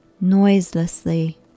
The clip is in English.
noiselessly